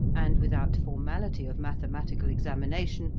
and without formality' of mathematical examination,